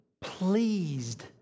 pleased